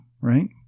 right